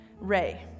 Ray